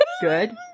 Good